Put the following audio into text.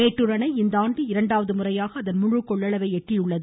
மேட்டூர் அணை இந்தாண்டு இரண்டாவது முறையாக அதன் முழு கொள்ளளவை எட்டியது